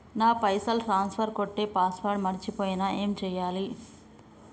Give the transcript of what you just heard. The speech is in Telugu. నా పైసల్ ట్రాన్స్ఫర్ కొట్టే పాస్వర్డ్ మర్చిపోయిన ఏం చేయాలి?